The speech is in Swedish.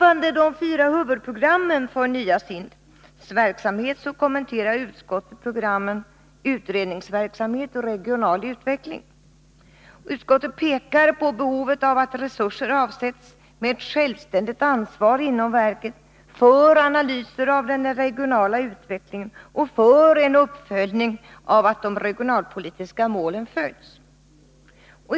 Av de fyra huvudprogrammen för nya SIND:s verksamhet kommenterar utskottet programmen Utredningsverksamhet och Regional utveckling. Utskottet pekar på behovet av att resurser avsätts, med ett självständigt ansvar inom verket, för analyser av den regionala utvecklingen och för uppföljning av att de regionalpolitiska målen följs.